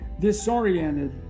disoriented